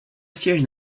siège